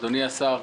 אדוני השר,